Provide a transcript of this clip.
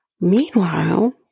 Meanwhile